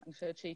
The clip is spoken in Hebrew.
אני חושבת שהיא